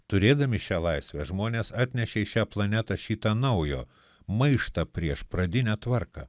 turėdami šią laisvę žmonės atnešė į šią planetą šį tą naujo maištą prieš pradinę tvarką